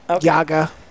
Yaga